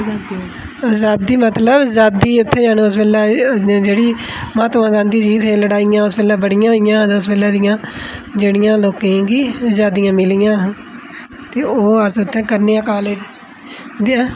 अजादी मतलब अजादी उत्थें हून उस बेल्लै जेह्ड़ी महात्मां गांधी जी दे लड़ाइयां उस बेल्लै बड़ियां होइयां उस बेल्ले दियां जेह्ड़ियां लोकें गी अजादियां मिलियां हा